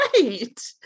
right